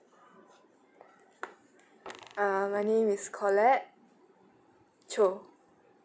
uh my name is colette cho